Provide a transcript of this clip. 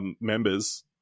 members